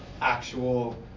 actual